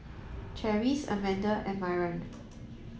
Charisse Amanda and Myron